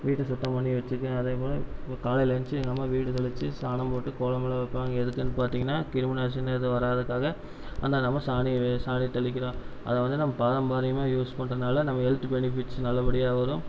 வீட்டை சுத்தம் பண்ணி வச்சிக்குவேன் அதே போல் இப்போ காலையில ஏந்திச்சி எங்கள் அம்மா வீடு தொடச்சி சாணம் போட்டு கோலம்லாம் வைப்பாங்க எதுக்குன்னு பார்த்தீங்கன்னா கிருமி நாசினி எதுவும் வராததுக்காக அந்த நம்ம சாணி சாணி தெளிக்கிறோம் அதை வந்து நம்ப பாரம்பரியமாக யூஸ் பண்ணுறதுனால நம்ம ஹெல்த் பெனிஃபிட்ஸ் நல்ல படியாக வரும்